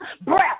Breath